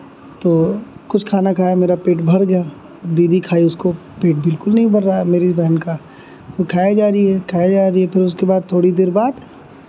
तो कुछ खाना खाया मेरा पेट भर गया दीदी खाई उसको पेट बिल्कुल नहीं भर रहा है अब मेरी बहन का वो खाए जा रही है खाए जा रही है फिर उसके बाद थोड़ी देर बाद